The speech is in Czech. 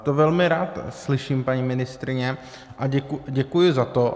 To velmi rád slyším, paní ministryně, a děkuji za to.